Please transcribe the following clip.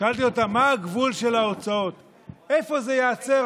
שאלתי אותם: מה הגבול של ההוצאות, איפה זה ייעצר?